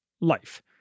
life